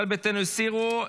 ישראל ביתנו הסירו.